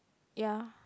ya